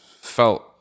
felt